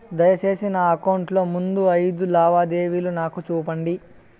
దయసేసి నా అకౌంట్ లో ముందు అయిదు లావాదేవీలు నాకు చూపండి